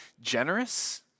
generous